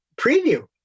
preview